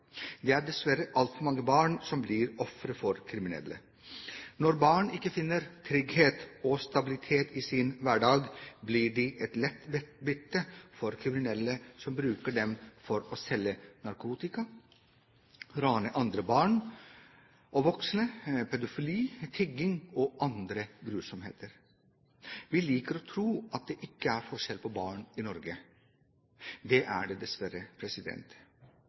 Det er dessverre altfor mange barn som blir ofre for kriminelle. Når barn ikke finner trygghet og stabilitet i sin hverdag, blir de et lett bytte for kriminelle som bruker dem for å selge narkotika, rane andre barn og voksne, utsetter dem for pedofili, tigging og andre grusomheter. Vi liker å tro at det ikke er forskjell på barn i Norge. Det er det dessverre.